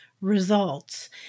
results